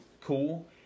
cool